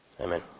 Amen